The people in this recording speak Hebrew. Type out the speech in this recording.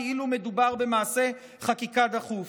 כאילו מדובר במעשה חקיקה דחוף.